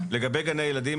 לגבי גני הילדים,